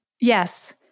Yes